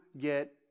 get